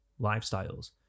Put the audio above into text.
lifestyles